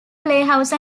playhouse